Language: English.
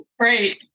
right